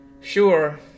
Sure